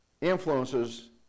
influences